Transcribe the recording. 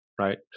right